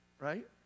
right